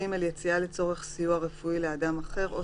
(יג)יציאה לצורך סיוע רפואי לאדם אחר או